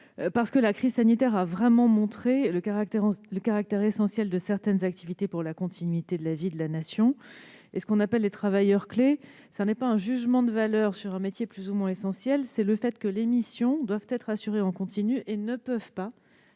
parce que la crise sanitaire a vraiment démontré le caractère essentiel de certaines activités pour la continuité de la vie de la Nation. La notion de « travailleur clé » ne porte pas un jugement de valeur sur un métier plus ou moins essentiel, mais souligne que certaines missions doivent être assurées de façon continue et ne peuvent pas